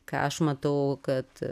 ką aš matau kad